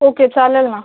okay चालेल ना